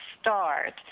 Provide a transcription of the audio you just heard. start